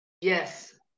Yes